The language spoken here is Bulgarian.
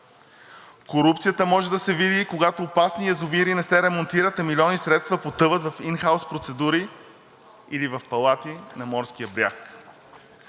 Корупцията може да се види, когато опасни язовири не се ремонтират, а милиони средства потъват в ин хаус процедури или в палати на морския бряг.